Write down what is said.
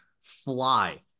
fly